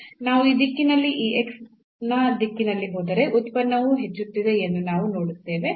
ನಾವು ಈ ದಿಕ್ಕಿನಲ್ಲಿ ಈ x ನ ದಿಕ್ಕಿನಲ್ಲಿ ಹೋದರೆ ಉತ್ಪನ್ನವು ಹೆಚ್ಚುತ್ತಿದೆ ಎಂದು ನಾವು ನೋಡುತ್ತೇವೆ